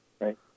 right